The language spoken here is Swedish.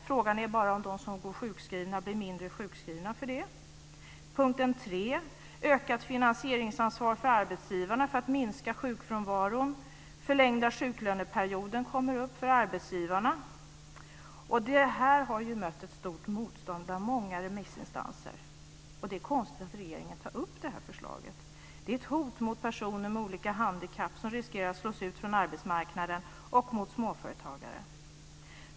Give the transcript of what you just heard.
Frågan är bara om de som går sjukskrivna blir mindre sjukskrivna av det. Punkt 3 avser ökat finansieringsansvar för arbetsgivarna för att minska sjukfrånvaron. Vidare tar man upp den förlängda sjuklöneperioden för arbetsgivarna. Detta har mött ett stort motstånd bland många remissinstanser, och det är konstigt att regeringen tar upp detta förslag. Det är ett hot mot personer med olika handikapp, som riskerar att slås ut från arbetsmarknaden, och mot småföretagare.